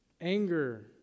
anger